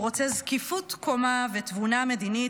הוא רוצה זקיפות קומה ותבונה מדינית,